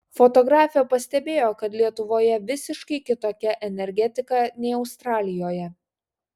fotografė pastebėjo kad lietuvoje visiškai kitokia energetika nei australijoje